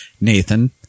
Nathan